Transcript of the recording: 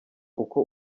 uko